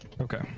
Okay